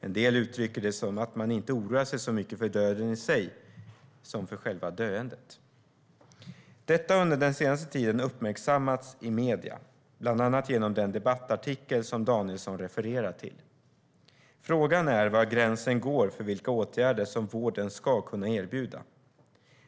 En del uttrycker det som att man inte oroar sig så mycket för döden i sig som för själva döendet. Detta har under den senaste tiden uppmärksammats i medierna, bland annat genom den debattartikel som Danielsson refererar till. Frågan är var gränsen går för vilka åtgärder som vården ska kunna erbjuda.